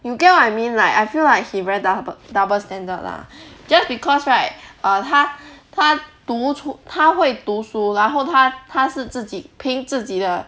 you get what I mean like I feel like he very doubl~ double standard lah just because right err 他他读出他会读书然后他他是自己凭自己的